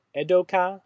edoka